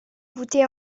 voûtée